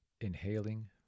inhaling